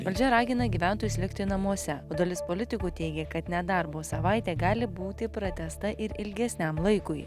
valdžia ragina gyventojus likti namuose o dalis politikų teigia kad nedarbo savaitė gali būti pratęsta ir ilgesniam laikui